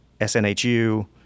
snhu